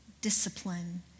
discipline